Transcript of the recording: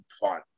fun